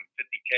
50K